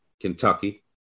Kentucky